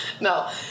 no